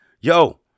Yo